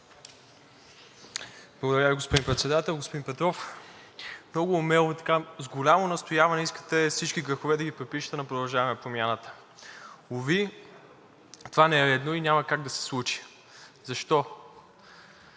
Благодаря, господин Председател. Господин Петров, много умело и с голямо настояване искате всички грехове да припишете на „Продължаваме Промяната“. Уви, това не е редно и няма как да се случи. Защо?